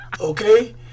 okay